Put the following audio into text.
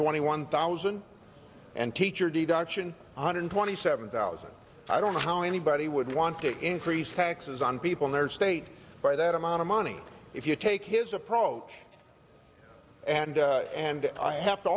twenty one thousand and teacher d duction one hundred twenty seven thousand i don't know how anybody would want to increase taxes on people in their state for that amount of money if you take his approach and and i have to